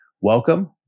Welcome